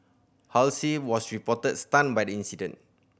Halsey was reportedly stunned by the incident